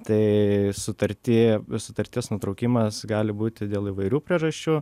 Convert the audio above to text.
tai sutarty sutarties nutraukimas gali būti dėl įvairių priežasčių